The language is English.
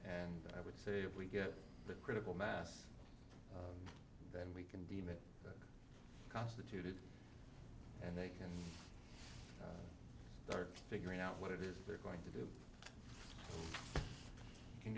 and i would say if we get that critical mass then we can deem it constituted and they can start figuring out what it is they're going to do you can